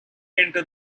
enter